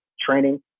training